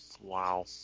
wow